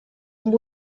amb